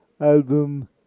album